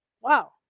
Wow